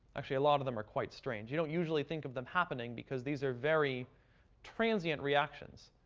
actually, a lot of them are quite strange. you don't usually think of them happening because these are very transient reactions,